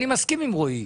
אני מסכים עם רועי.